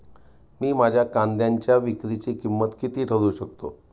मी माझ्या कांद्यांच्या विक्रीची किंमत किती ठरवू शकतो?